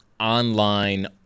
online